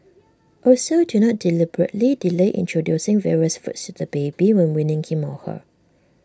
also do not deliberately delay introducing various foods to the baby when weaning him or her